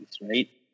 right